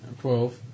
Twelve